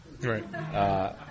Right